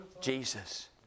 Jesus